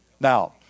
Now